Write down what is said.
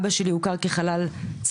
אבא שלי הוכר כחלל צה"ל.